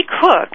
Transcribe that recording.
cook